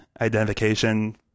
Identification